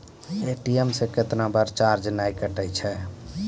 ATM से कैतना बार चार्ज नैय कटै छै?